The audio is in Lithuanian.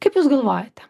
kaip jūs galvojate